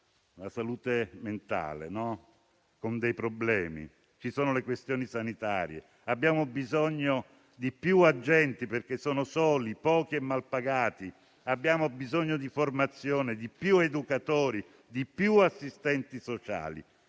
la salute mentale, i problemi. Ci sono le questioni sanitarie. Abbiamo bisogno di più agenti perché sono soli, pochi e malpagati. Abbiamo bisogno di formazione, di più educatori, di più assistenti sociali.